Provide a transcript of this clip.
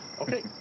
Okay